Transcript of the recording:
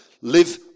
Live